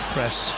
Press